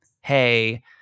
Hey